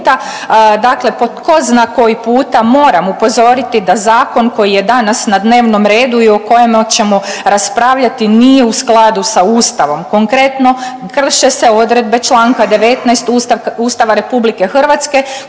Dakle po tko zna koji puta moram upozoriti da zakon koji je danas na dnevnom redu i o kojemu ćemo raspravljati nije u skladu sa ustavom. Konkretno, krše se odredbe čl. 19. Ustava RH koji govori